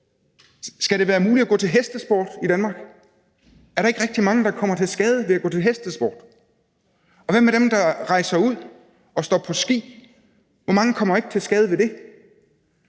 Skal det være muligt at gå til hestesport i Danmark? Er der ikke rigtig mange, der kommer til skade ved at gå til hestesport? Og hvad med dem, der rejser ud og står på ski – hvor mange kommer ikke til skade ved det?